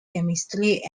chemistry